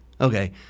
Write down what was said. Okay